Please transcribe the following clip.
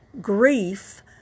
grief